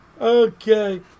Okay